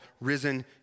risen